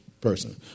person